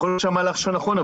ויכול להיות שהמהלך שלך נכון,